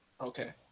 Okay